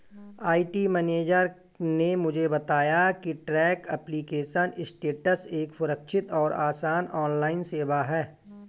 IT manager ने मुझे बताया की ट्रैक एप्लीकेशन स्टेटस एक सुरक्षित और आसान ऑनलाइन सेवा है